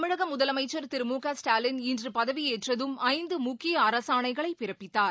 தமிழக முதலமைச்சர் திரு மு க ஸ்டாலின் இன்று பதவி ஏற்றதும் ஐந்து முக்கிய அரசாணைகளை பிறப்பித்தார்